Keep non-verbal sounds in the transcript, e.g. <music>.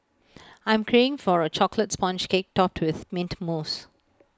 <noise> I am craving for A Chocolate Sponge Cake Topped with Mint Mousse